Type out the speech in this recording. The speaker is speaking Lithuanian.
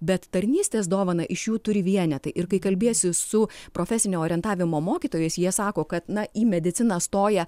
bet tarnystės dovaną iš jų turi vienetai ir kai kalbiesi su profesinio orientavimo mokytojais jie sako kad na į mediciną stoja